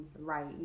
right